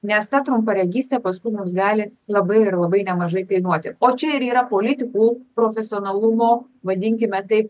nes ta trumparegystė paskui nors gali labai ir labai nemažai kainuoti o čia ir yra politikų profesionalumo vadinkime taip